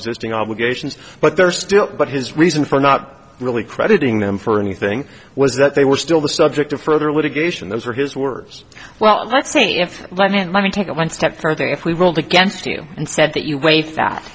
existing obligations but there still but his reason for not really crediting them for anything was that they were still the subject of further litigation those were his words well let's say if let me and let me take it one step further if we ruled against you and said that you wa